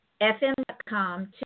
FM.com